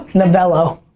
novello.